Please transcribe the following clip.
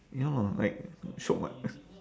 ya lah like shiok [what]